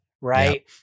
right